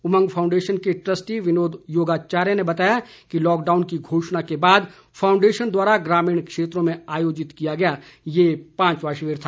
उमंग foundation के trustee Vinod Yogacharya ने बताया कि लॉकडाउन की घोषणा के बाद फाउंडेशन द्वारा ग्रामीण क्षेत्रों में आयोजित किया गया ये पांचवा शिविर था